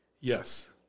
Yes